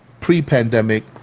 pre-pandemic